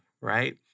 Right